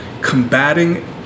combating